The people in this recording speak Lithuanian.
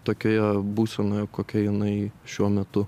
tokioje būsenoje kokia jinai šiuo metu